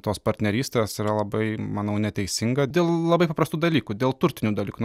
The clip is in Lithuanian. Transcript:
tos partnerystės yra labai manau neteisinga dėl labai paprastų dalykų dėl turtinių dalykų nu